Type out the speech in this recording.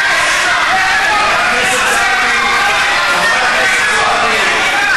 חברת הכנסת זועבי אוסקוט.